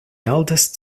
eldest